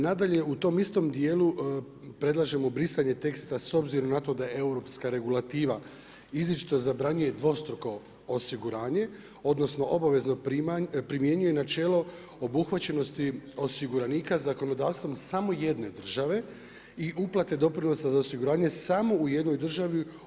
Nadalje, u tom istom dijelu predlažemo brisanje teksta s obzirom na to da je europska regulativa izričito zabranjuje dvostruko osiguranje, odnosno obavezno primjenjuje načelo obuhvaćenosti osiguranika zakonodavstva samo jedne države i uplate doprinosa za osiguranje samo u jednoj državi.